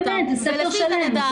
זה ספר שלם.